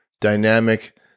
dynamic